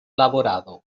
laborado